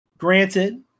Granted